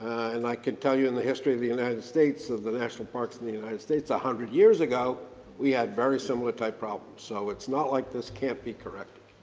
and i can tell you in the history of the united states, of the national parks in the united states, a hundred years ago we had very similar type problems. so it's not like this can't be corrected.